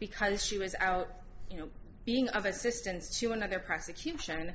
because she was out you know being of assistance she went out there prosecution